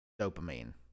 dopamine